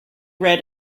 read